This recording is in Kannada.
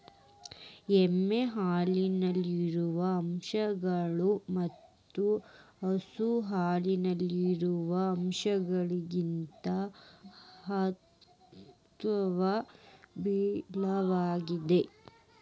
ಎಮ್ಮೆ ಹಾಲಿನಲ್ಲಿರುವ ಅಂಶಗಳು ಮತ್ತ ಹಸು ಹಾಲಿನಲ್ಲಿರುವ ಅಂಶಗಳಿಗಿಂತ ಹ್ಯಾಂಗ ಭಿನ್ನವಾಗಿವೆ?